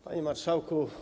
Panie Marszałku!